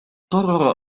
قرر